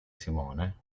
simone